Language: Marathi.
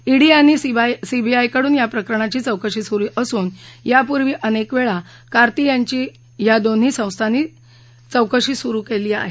ईडी आणि सीबीआयकडून या प्रकरणाची चौकशी सुरू असून यापूर्वी अनेक वेळा कार्ती यांची या दोन्ही संस्थांनी चौकशी केली आहे